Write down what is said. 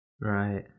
Right